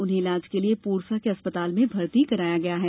उन्हें इलाज के लिये पोरसा के अस्पताल में भर्ती कराया गया है